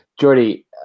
Jordy